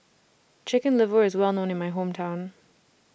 Chicken Liver IS Well known in My Hometown